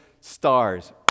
stars